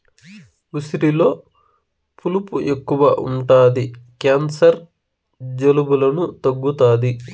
ఉసిరిలో పులుపు ఎక్కువ ఉంటది క్యాన్సర్, జలుబులను తగ్గుతాది